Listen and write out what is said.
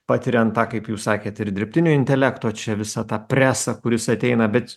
patiriant tą kaip jūs sakėt ir dirbtinio intelekto čia visą tą presą kuris ateina bet